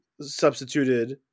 substituted